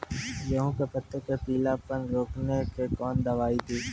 गेहूँ के पत्तों मे पीलापन रोकने के कौन दवाई दी?